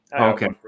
Okay